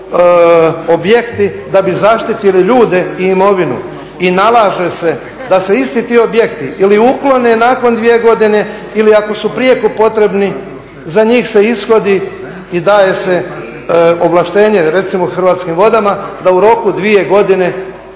objekti da bi zaštitili ljude i imovinu. I nalaže se da se isti ti objekti ili uklone nakon dvije godine ili ako su prijeko potrebni za njih se ishodi i daje se ovlaštenje recimo Hrvatskim vodama da u roku dvije godine